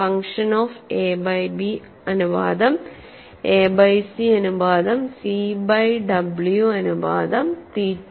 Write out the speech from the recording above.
function of A by B അനുപാതം A by C അനുപാതം C by W അനുപാതം തീറ്റ